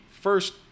first